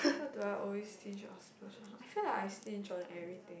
what do I always stinge or splurge on I feel like I stinge on everything